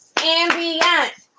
ambient